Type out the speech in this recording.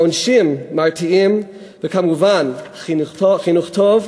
עונשים מרתיעים וכמובן חינוך טוב,